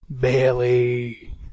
Bailey